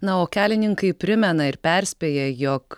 na o kelininkai primena ir perspėja jog